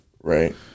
Right